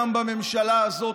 גם בממשלה הזאת,